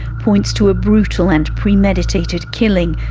points to a brutal and premeditated killing,